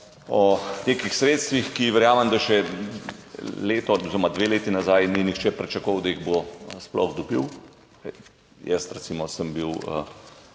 o nekih sredstvih, za katera verjamem, da še leto oziroma dve leti nazaj ni nihče pričakoval, da jih bo sploh dobil. Jaz, recimo, sem bil